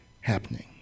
happening